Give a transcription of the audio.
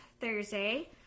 Thursday